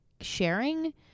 sharing